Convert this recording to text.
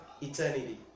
eternity